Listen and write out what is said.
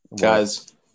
Guys